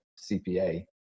CPA